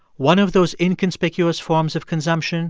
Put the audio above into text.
one of those inconspicuous forms of consumption